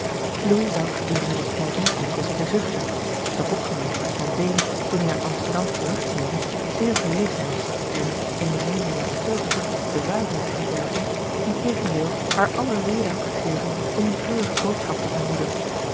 had gedurende dien tijd niet enkel zitten zuchten zij had opgemerkt dat van beem toen bij uit amsterdam terug keerde zeer verlegen was en in de meening met veel tact de waarheid te verbergen integendeel haar alle reden had gegeven om eene treurige boodschap te vermoeden